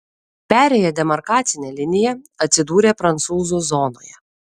perėjęs demarkacinę liniją atsidūrė prancūzų zonoje